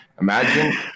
Imagine